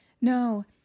no